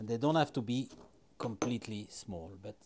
and they don't have to be completely small but